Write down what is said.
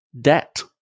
debt